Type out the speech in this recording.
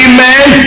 Amen